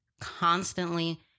constantly